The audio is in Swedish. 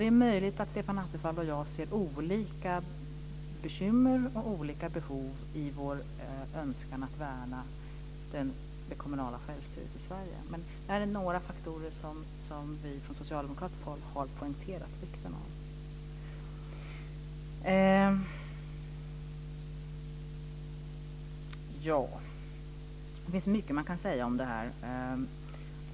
Det är möjligt att Stefan Attefall och jag ser olika bekymmer och olika behov i vår önskan att värna det kommunala självstyret i Sverige, men det här är några faktorer som vi från Socialdemokraterna har poängterat vikten av. Det finns mycket man kan säga om det här.